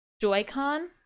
joy-con